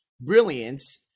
brilliance